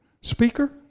speaker